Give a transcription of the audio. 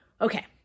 Okay